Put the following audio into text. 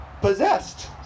Possessed